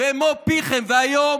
במו פיכם, והיום